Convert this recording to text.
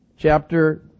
chapter